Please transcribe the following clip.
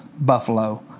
buffalo